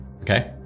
okay